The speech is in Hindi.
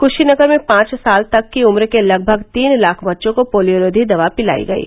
क्शीनगर में पांच साल तक की उम्र के लगभग तीन लाख बच्चों को पोलियोरोघी दवा पिलायी गयी